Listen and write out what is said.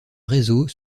réseau